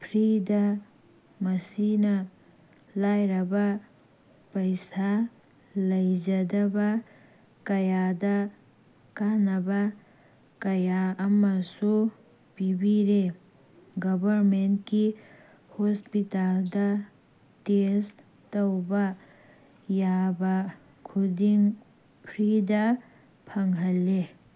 ꯐ꯭ꯔꯤꯗ ꯃꯁꯤꯅ ꯂꯥꯏꯔꯕ ꯄꯩꯁꯥ ꯂꯩꯖꯗꯕ ꯀꯌꯥꯗ ꯀꯥꯟꯅꯕ ꯀꯌꯥ ꯑꯃꯁꯨ ꯄꯤꯕꯤꯔꯦ ꯒꯣꯕꯔꯃꯦꯟꯀꯤ ꯍꯣꯁꯄꯤꯇꯥꯜꯗ ꯇꯦꯁ ꯇꯧꯕ ꯌꯥꯕ ꯈꯨꯗꯤꯡ ꯐ꯭ꯔꯤꯗ ꯐꯪꯍꯜꯂꯦ